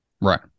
Right